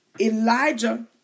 elijah